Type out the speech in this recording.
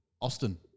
Austin